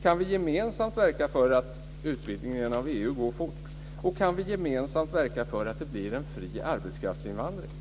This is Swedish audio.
Kan vi gemensamt verka för att utvidgningen av EU går fort? Och kan vi gemensamt verka för att det blir en fri arbetskraftsinvandring?